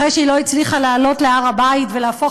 אחרי שהיא לא הצליחה לעלות להר הבית ולהפוך